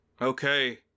Okay